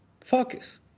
focus